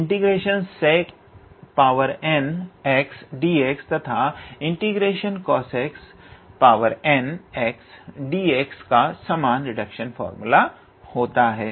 ∫𝑠𝑒𝑐𝑛𝑥𝑑𝑥 तथा ∫𝑐𝑜𝑠𝑒𝑐𝑛𝑥𝑑𝑥 का सामान रिडक्शन फार्मूला होता है